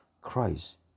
Christ